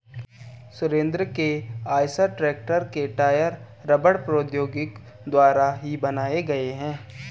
सुरेंद्र के Eicher tractor के tyre रबड़ प्रौद्योगिकी द्वारा ही बनाए गए हैं